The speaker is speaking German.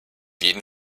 jeden